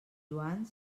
joan